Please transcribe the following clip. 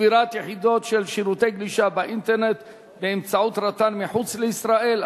צבירת יחידות של שירותי גלישה באינטרנט באמצעות רט"ן מחוץ לישראל),